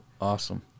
Awesome